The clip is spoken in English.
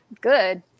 good